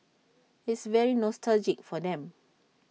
it's very nostalgic for them